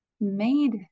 made